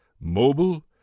mobile